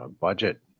budget